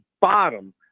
bottom